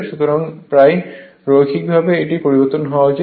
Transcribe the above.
সুতরাং প্রায় রৈখিকভাবে এটি পরিবর্তিত হওয়া উচিত